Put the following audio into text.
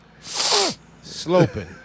Sloping